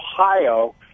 Ohio